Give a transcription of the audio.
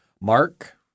Mark